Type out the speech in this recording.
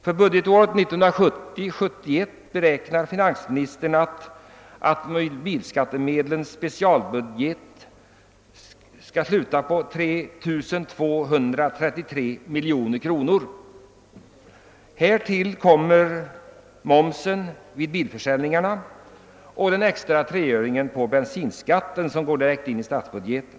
För budgetåret 1970/71 beräknar finansministern att bilskattemedlens specialbudget skall sluta på 3233 miljoner kronor. Härtill kommer mervärdeskatten vid bilförsäljningarna och den extra treöringen på bensinskatten som går direkt in i statsbudgeten.